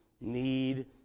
need